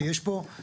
כי יש פה,